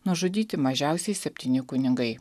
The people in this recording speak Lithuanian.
nužudyti mažiausiai septyni kunigai